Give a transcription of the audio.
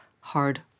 hard